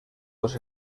dos